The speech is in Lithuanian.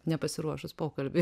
nepasiruošus pokalbiui